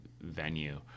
venue